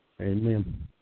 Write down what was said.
amen